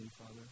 Father